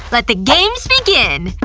but the games begin.